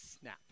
snap